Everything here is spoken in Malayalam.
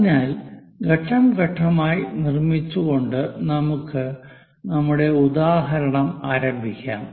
അതിനാൽ ഘട്ടം ഘട്ടമായി നിർമ്മിച്ചുകൊണ്ട് നമുക്ക് നമ്മുടെ ഉദാഹരണം ആരംഭിക്കാം